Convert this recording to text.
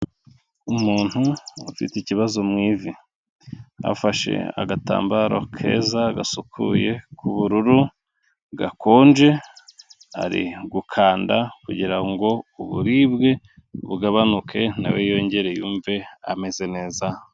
Umuntu ufite ikibazo mu ivi, afashe agatambaro keza gasukuye k'ubururu gakonje ari gukanda kugira ngo uburibwe bugabanuke nawe yongere yumve ameze neza.